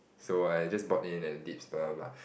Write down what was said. so I just bought in at the dips lah but